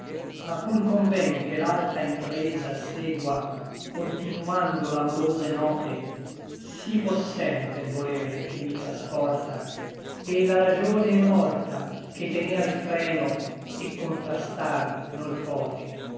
ma pur conven che l'alta impresa segua continando l'amorose note sí possente è l voler che mi trasporta et la ragione è morta che tenea l freno et contrastar nol pote